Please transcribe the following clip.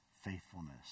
faithfulness